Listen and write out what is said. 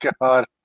God